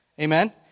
Amen